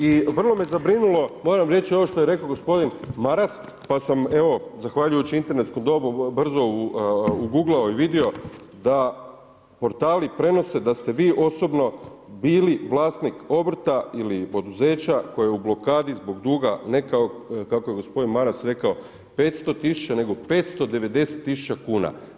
I vrlo me zabrinulo moram reći ovo što je rekao gospodin Maras, pa sam evo zahvaljujući internetskom dobu brzo uguglao i vidio da portali prenose da ste vi osobno bili vlasnik obrta ili poduzeća koje je u blokadi zbog duga ne kako je gospodin Maras rekao, 500 000 neko 590 000 kuna.